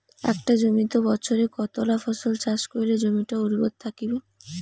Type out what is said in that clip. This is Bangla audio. একটা জমিত বছরে কতলা ফসল চাষ করিলে জমিটা উর্বর থাকিবে?